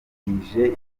yizihije